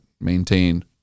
maintain